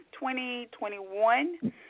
2021